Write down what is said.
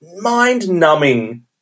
mind-numbing